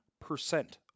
percent